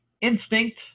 instinct